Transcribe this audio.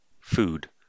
food